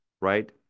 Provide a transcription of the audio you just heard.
right